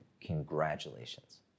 congratulations